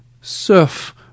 surf